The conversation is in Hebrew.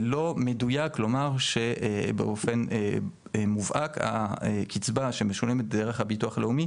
זה לא מדויק לומר שבאופן מובהק שהקצבה שמשולמת דרך הביטוח הלאומי,